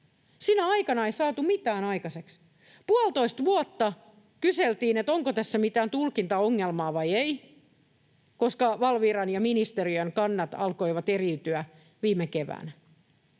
Sinä aikana ei saatu mitään aikaiseksi — puolitoista vuotta kyseltiin, onko tässä mitään tulkintaongelmaa vai ei, koska Valviran ja ministeriön kannat alkoivat eriytyä viime keväänä.